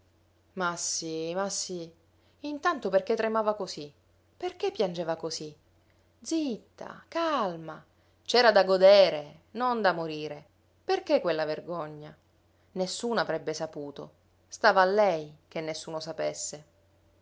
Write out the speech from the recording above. ma sì ma sì intanto perché tremava così perché piangeva così zitta calma c'era da godere non da morire perché quella vergogna nessuno avrebbe saputo stava a lei che nessuno sapesse